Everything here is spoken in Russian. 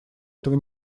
этого